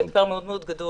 זה אתגר מאוד מאוד גדול.